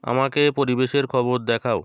আমাকে পরিবেশের খবর দেখাও